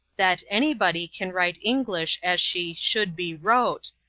that anybody can write english as she should be wrote,